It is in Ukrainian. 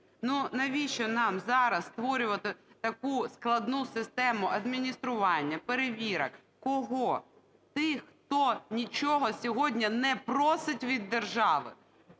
Ну, навіщо нам зараз створювати таку складну систему адміністрування, перевірок. Кого? Тих, хто нічого сьогодні не просить від держави,